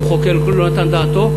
המחוקק לא נתן דעתו.